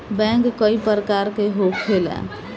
bank कई प्रकार के होखेला